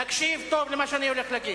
תקשיב טוב למה שאני הולך להגיד.